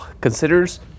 considers